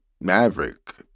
Maverick